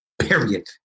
Period